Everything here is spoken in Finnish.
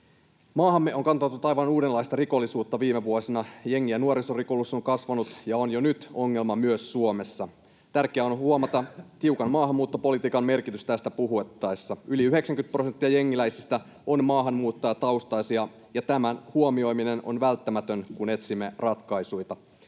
Maahamme on kantautunut aivan uudenlaista rikollisuutta viime vuosina. Jengi- ja nuorisorikollisuus on kasvanut ja on jo nyt ongelma myös Suomessa. Tärkeää on huomata tiukan maahanmuuttopolitiikan merkitys tästä puhuttaessa. Yli 90 prosenttia jengiläisistä on maahanmuuttajataustaisia, ja tämän huomioiminen on välttämätöntä, kun etsimme ratkaisuja.